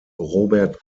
robert